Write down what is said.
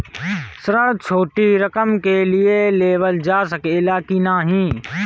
ऋण छोटी रकम के लिए लेवल जा सकेला की नाहीं?